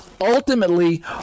ultimately